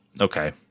Okay